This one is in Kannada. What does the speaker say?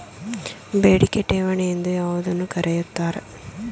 ಬೇಡಿಕೆ ಠೇವಣಿ ಎಂದು ಯಾವುದನ್ನು ಕರೆಯುತ್ತಾರೆ?